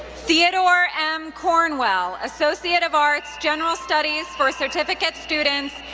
theodore m. cornwell, associate of arts, general studies for certificate students,